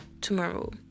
tomorrow